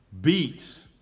beats